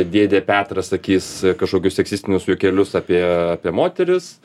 dėdė petras sakys kažkokius seksistinius juokelius apie apie moteris